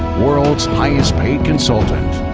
world's highest paid consultant.